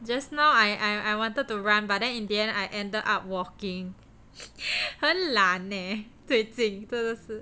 just now I I I wanted to run but then in the end I ended up walking 很懒 eh 最近真的是